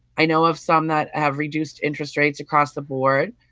i know of some that have reduced interest rates across the board.